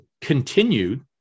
continued